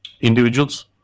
individuals